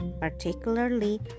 particularly